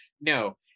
No